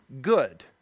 good